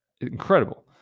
incredible